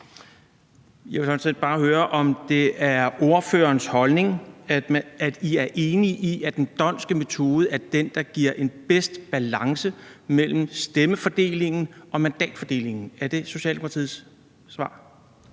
Jeg vil sådan set bare høre, om det er ordførerens holdning, at I er enige i, at den d'Hondtske metode er den, der giver bedst balance mellem stemmefordelingen og mandatfordelingen. Er det Socialdemokratiets svar?